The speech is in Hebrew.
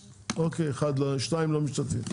6. 2 לא משתתפים.